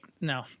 No